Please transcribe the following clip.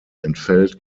entfällt